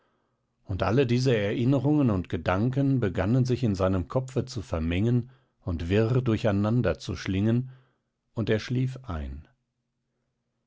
und alle diese erinnerungen und gedanken begannen sich in seinem kopfe zu vermengen und wirr durcheinander zu schlingen und er schlief ein